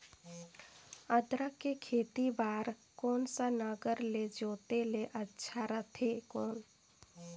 अदरक के खेती बार कोन सा नागर ले जोते ले अच्छा रथे कौन?